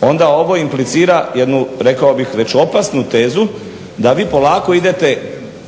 onda ovo implicira jednu rekao bih već opasnu tezu da vi polako idete